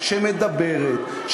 שמדברת,